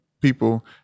people